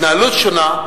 התנהלות שונה,